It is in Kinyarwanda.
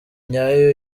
nyayo